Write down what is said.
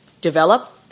develop